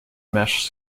mesh